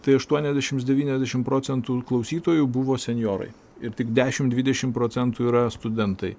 tai aštuoniasdešims devyniasdešim procentų klausytojų buvo senjorai ir tik dešim dvidešim procentų yra studentai